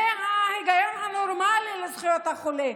זה ההיגיון הנורמלי לזכויות החולה.